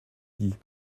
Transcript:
dit